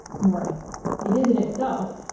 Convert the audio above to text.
maury it is in itself.